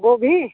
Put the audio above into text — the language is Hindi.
गोभी